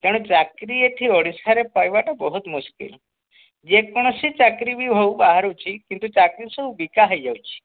ଜଣେ ଚାକିରୀ ଏଠି ଓଡ଼ିଶାରେ ପାଇବାଟା ବହୁତ ମୁସ୍କିଲ୍ ଯେକୌଣସି ଚାକିରୀ ବି ହେଉ ବାହାରୁଛି କିନ୍ତୁ ଚାକିରୀ ସବୁ ବିକା ହେଇଯାଉଛି